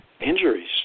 injuries